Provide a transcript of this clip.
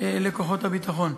על כוחות הביטחון.